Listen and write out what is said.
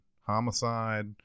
homicide